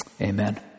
Amen